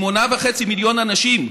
8.5 מיליון אנשים,